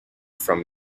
from